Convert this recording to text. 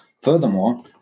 Furthermore